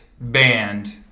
band